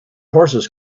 horses